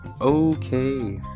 okay